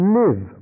live